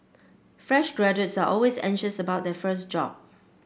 fresh graduates are always anxious about their first job